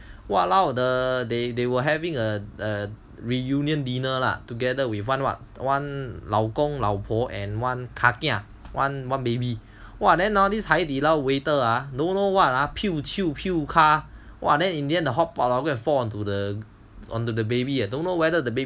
!walao! the they they were having a a reunion dinner lah together with one one one 老公老婆 and one kakia one baby !wah! then hor 海底捞 waiter ah don't know what ah pu chu pu ka !wah! then in the end the hotpot go and fall onto the baby leh don't know whether the